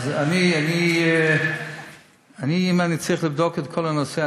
אני צריך לבדוק את כל הנושא.